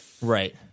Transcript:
Right